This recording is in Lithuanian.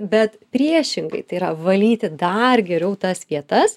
bet priešingai tai yra valyti dar geriau tas vietas